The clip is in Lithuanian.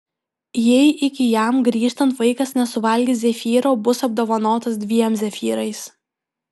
jei iki jam grįžtant vaikas nesuvalgys zefyro bus apdovanotas dviem zefyrais